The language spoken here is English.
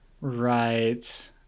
Right